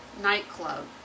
nightclub